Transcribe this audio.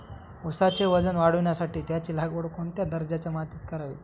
ऊसाचे वजन वाढवण्यासाठी त्याची लागवड कोणत्या दर्जाच्या मातीत करावी?